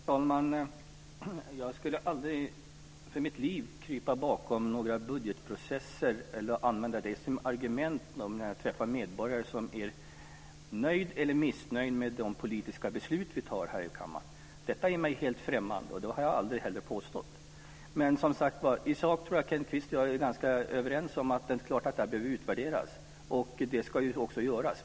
Herr talman! Jag skulle aldrig för mitt liv krypa bakom några budgetprocesser eller använda det som argument när jag träffar medborgare som är nöjda eller missnöjda med de politiska beslut vi fattar här i kammaren. Detta är mig helt främmande, och något annat har jag aldrig heller påstått. Men som sagt var: I sak tror jag att Kenneth Kvist och jag är ganska överens om att det är klart att det här behöver utvärderas, och det ska ju också göras.